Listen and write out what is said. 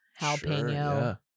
jalapeno